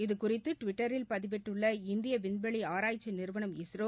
இதுகுறித்தடுவிட்டரில் பதிவிட்டுள்ள இந்தியவிண்வெளிஆராய்ச்சிநிறுவனம் இஸ்ரோ